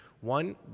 One